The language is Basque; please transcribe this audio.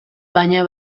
baina